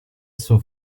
suo